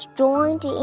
joined